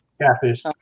Catfish